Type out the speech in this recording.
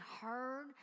heard